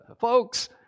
folks